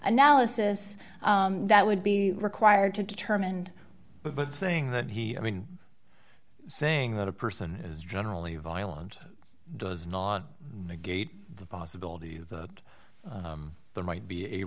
analysis that would be required to determine but saying that he i mean saying that a person is generally violent does not negate the possibility that there might be a